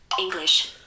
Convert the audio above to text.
English